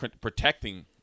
protecting